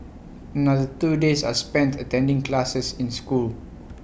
another two days are spent attending classes in school